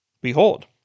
Behold